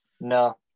No